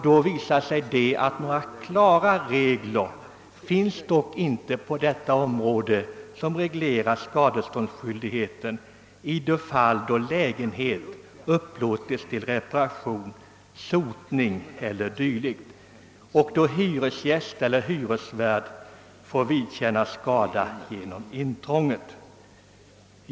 Det visade sig då att det på detta område inte finns några klara regler beträffande skadeståndsskyldighet då lägenhet upplåtes till reparation, sotning eller dylikt och hyresgäst eller hyresvärd får vidkännas skada genom intrånget.